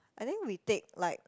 I think we take like